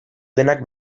duenak